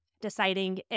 deciding